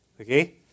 Okay